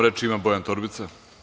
Reč ima Bojan Torbica.